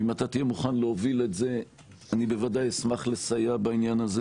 אם אתה תהיה מוכן להוביל את זה אני בוודאי אשמח לסייע בעניין הזה